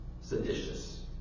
seditious